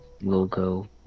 logo